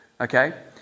Okay